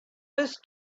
was